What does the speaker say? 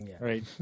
Right